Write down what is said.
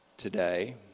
Today